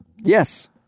Yes